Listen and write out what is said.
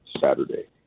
Saturday